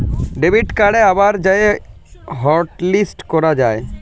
debit কাড়কে আবার যাঁয়ে হটলিস্ট ক্যরা যায়